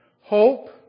hope